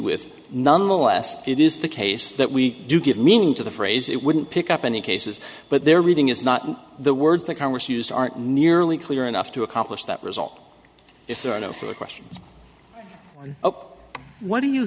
with nonetheless it is the case that we do give meaning to the phrase it wouldn't pick up any cases but their reading is not the words that congress used aren't nearly clear enough to accomplish that result if there are no further questions what do you